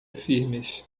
firmes